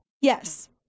Yes